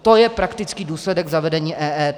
To je praktický důsledek zavedení EET!